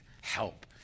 help